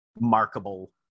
markable